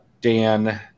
Dan